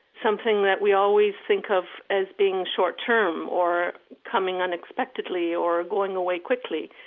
something that we always think of as being short-term or coming unexpectedly or going away quickly.